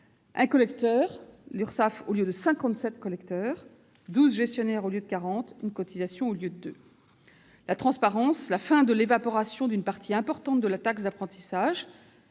un collecteur, l'URSSAF, au lieu de 57 collecteurs actuellement, 12 gestionnaires au lieu de 40, une cotisation au lieu de deux. La transparence, la fin de l'évaporation d'une partie importante de la taxe d'apprentissage